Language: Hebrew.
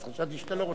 אז חשבתי שאתה לא רוצה.